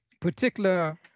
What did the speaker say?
particular